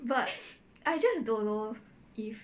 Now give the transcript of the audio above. but I just don't know if